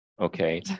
okay